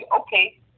okay